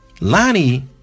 Lonnie